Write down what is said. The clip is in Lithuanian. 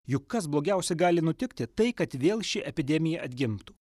juk kas blogiausia gali nutikti tai kad vėl ši epidemija atgimtų